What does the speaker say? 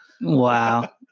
wow